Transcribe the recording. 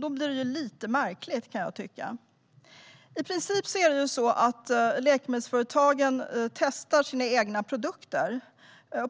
Då blir det lite märkligt, kan jag tycka. I princip testar läkemedelsföretagen sina egna produkter.